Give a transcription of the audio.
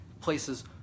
places